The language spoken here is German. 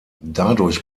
dadurch